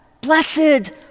Blessed